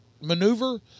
maneuver